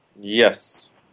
Yes